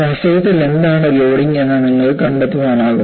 വാസ്തവത്തിൽ എന്താണ് ലോഡിംഗ് എന്ന് നിങ്ങൾക്ക് കണ്ടെത്താനാകും